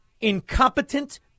incompetent